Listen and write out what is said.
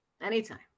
Anytime